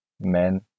Men